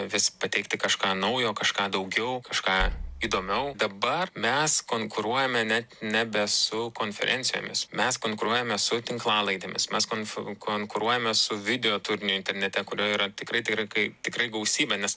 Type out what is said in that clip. vis pateikti kažką naujo kažką daugiau kažką įdomiau dabar mes konkuruojame net nebe su konferencijomis mes konkuruojame su tinklalaidėmis mes konf konkuruojame su video turiniu internete kurio yra tikrai tai yra kai tikrai gausybė nes